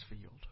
field